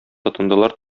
тотындылар